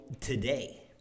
today